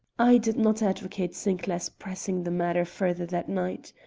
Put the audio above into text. i did not advocate sinclair's pressing the matter further that night.